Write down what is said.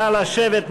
נא לשבת,